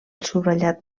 subratllat